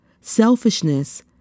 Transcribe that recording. Selfishness